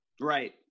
Right